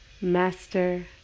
Master